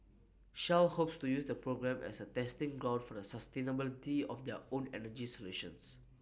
shell hopes to use the program as A testing ground for the sustainability of their own energy solutions